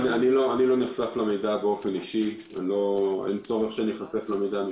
אני לא נחשף למידע הזה וגם אין צורך שאני איחשף למידע הזה.